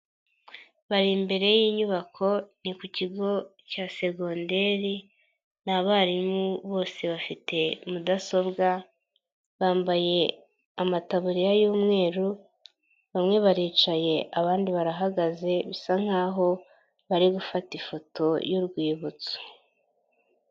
Bari imbere y'inyubako ni ku kigo cya segonderi ni abarimu bose bafite mudasobwa, bambaye amataburiya y'umweru bamwe baricaye abandi barahagaze bisa nkaho bari gufata ifoto y'urwibutso.